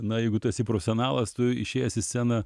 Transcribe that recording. na jeigu tu esi profesionalas tu išėjęs į sceną